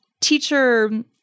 teacher